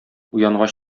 уянгач